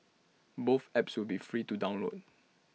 both apps will be free to download